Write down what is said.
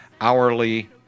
hourly